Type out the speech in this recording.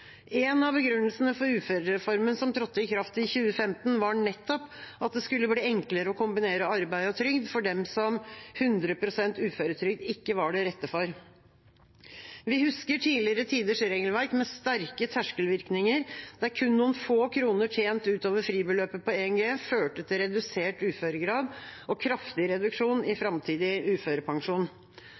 av begrunnelsene for uførereformen som trådte i kraft i 2015, var nettopp at det skulle bli enklere å kombinere arbeid og trygd for dem som 100 pst. uføretrygd ikke var det rette for. Vi husker tidligere tiders regelverk med sterke terskelvirkninger, der kun noen få kroner tjent utover fribeløpet på 1G førte til redusert uføregrad og kraftig reduksjon i framtidig uførepensjon.